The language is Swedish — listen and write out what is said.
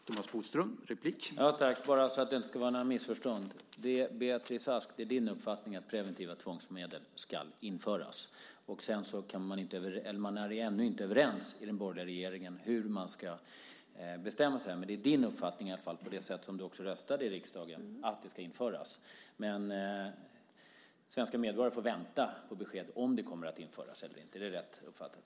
Herr talman! Jag ska säga något bara för att det inte ska vara några missförstånd. Beatrice Ask! Det är din uppfattning att preventiva tvångsmedel ska införas. Man är ännu inte överens i den borgerliga regeringen om hur man ska bestämma sig. Men det är i alla fall din uppfattning, med tanke på det sätt som du också röstade i riksdagen, att det ska införas. Men svenska medborgare får vänta på besked om det kommer att införas eller inte. Är det rätt uppfattat?